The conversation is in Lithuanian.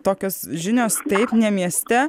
tokios žinios taip ne mieste